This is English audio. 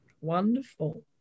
wonderful